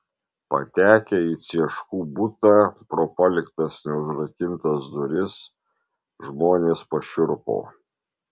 patekę į cieškų butą pro paliktas neužrakintas duris žmonės pašiurpo